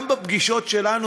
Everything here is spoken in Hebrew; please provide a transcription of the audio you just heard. גם בפגישות שלנו,